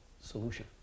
solution